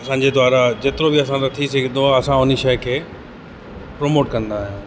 असांजे द्वारा जेतिरो बि असां सां थी सघंदो आहे असां उन शइ खे प्रमोट कंदा आहियूं